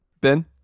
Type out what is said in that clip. Ben